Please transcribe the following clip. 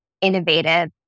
innovative